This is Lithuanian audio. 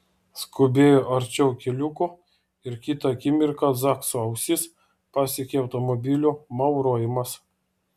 skubėjo arčiau keliuko ir kitą akimirką zakso ausis pasiekė automobilio maurojimas